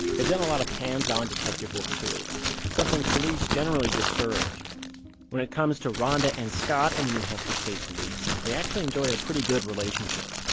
they've done a lot of hands on detective work, too something police generally discourage when it comes to ronda and scott and the new hampshire state police, they actually enjoy a pretty good relationship.